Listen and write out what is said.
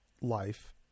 life